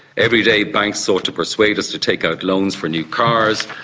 every day, banks sought to persuade us to take out loans for new cars,